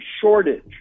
shortage